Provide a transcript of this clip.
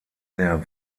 der